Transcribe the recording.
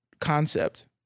concept